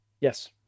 yes